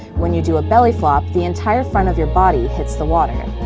when you do a belly flop, the entire front of your body hits the water.